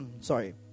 Sorry